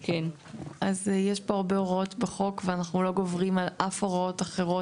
אז יש פה הרבה הוראות בחוק ואנחנו לא גוברים על אף הוראות אחרות,